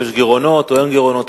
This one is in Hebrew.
ואם יש גירעונות או אין גירעונות,